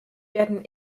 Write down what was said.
werden